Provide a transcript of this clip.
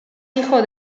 hijo